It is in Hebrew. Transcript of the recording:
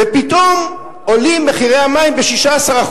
ופתאום עולים מחירי המים ב-16%.